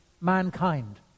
mankind